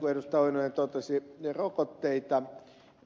oinonen totesi rokotteita